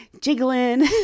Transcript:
jiggling